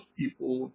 people